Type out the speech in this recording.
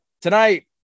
Tonight